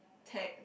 take